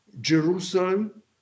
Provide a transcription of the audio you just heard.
Jerusalem